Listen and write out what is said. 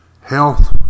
health